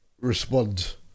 respond